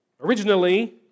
originally